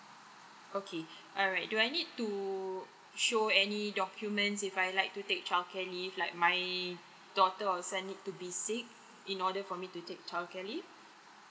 okay alright do I need to show any documents if I like to take childcare leave like my daughter or son need to be sick in order for me to take childcare leave